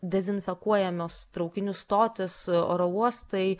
dezinfekuojamos traukinių stotys oro uostai